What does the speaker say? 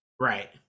Right